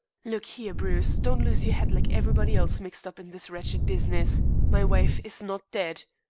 look here, bruce. don't lose your head like everybody else mixed up in this wretched business. my wife is not dead.